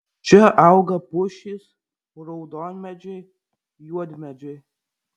čia auga pušys raudonmedžiai juodmedžiai